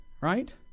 right